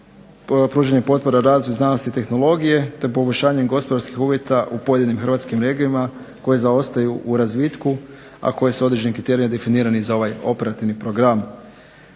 pružanju potpora razvoju znanosti i tehnologiju te poboljšanjem gospodarskih uvjeta u pojedinim hrvatskim regijama koje zaostaju u razvitku, a koje su određenim kriterijima definirani za ovaj operativni program.